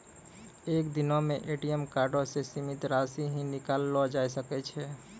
एक दिनो मे ए.टी.एम कार्डो से सीमित राशि ही निकाललो जाय सकै छै